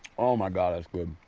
oh my god that's good.